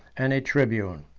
and a tribune.